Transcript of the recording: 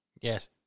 Yes